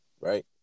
Right